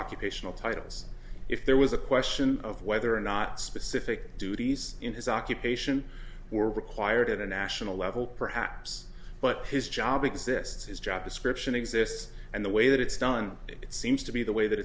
occupational titles if there was a question of whether or not specific duties in his occupation were required at the national level perhaps but his job exists as job description exists and the way that it's done it seems to be the way that